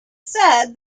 said